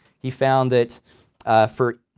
he found that for,